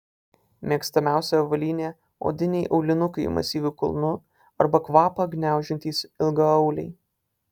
mėgstamiausia avalynė odiniai aulinukai masyviu kulnu arba kvapą gniaužiantys ilgaauliai